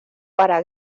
para